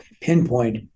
pinpoint